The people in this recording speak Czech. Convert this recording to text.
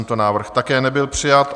Tento návrh také nebyl přijat.